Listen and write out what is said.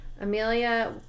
Amelia